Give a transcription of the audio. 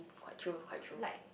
quite true quite true